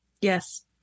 Yes